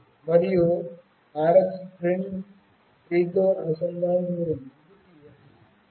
మరియు RX pin 3 తో అనుసంధానించబడి ఉంది ఇది TX